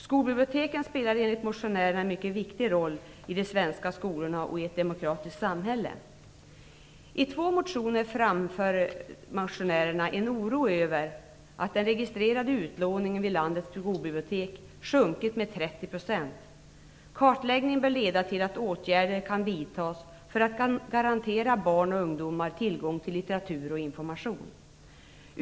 Skolbiblioteken spelar enligt motionärerna en mycket viktig roll i de svenska skolorna och i ett demokratiskt samhälle. I två motioner framför motionärerna en oro över att den registrerade utlåningen vid landets skolbibliotek sjunkit med 30 %. Kartläggningen bör leda till att åtgärder kan vidtas för att garantera barn och ungdomar tillgång till litteratur och information.